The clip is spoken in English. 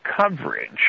coverage